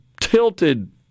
tilted